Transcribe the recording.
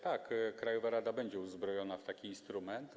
Tak, krajowa rada będzie uzbrojona w taki instrument.